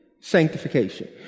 Sanctification